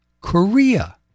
Korea